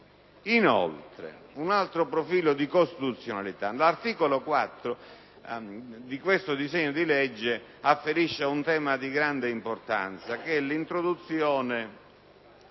inoltre, un secondo profilo di incostituzionalità. L'articolo 4 di questo disegno di legge afferisce ad un tema di grande importanza che è l'introduzione